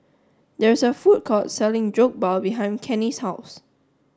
there is a food court selling Jokbal behind Kenney's house